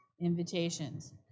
Invitations